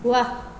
वाह